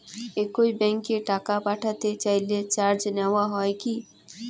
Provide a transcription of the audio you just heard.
একই ব্যাংকে টাকা পাঠাতে চাইলে চার্জ নেওয়া হয় কি?